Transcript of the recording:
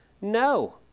No